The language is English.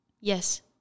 Yes